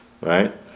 Right